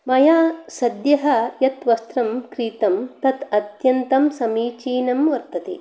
मया सद्यः यत् वस्त्रं क्रीतं तत् अन्यन्तं समीचीनम् वर्तते